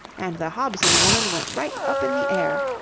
and the hobson woman went right up in the air.